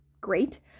great